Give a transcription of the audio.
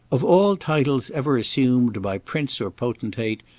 of all titles ever assumed by prince or potentate,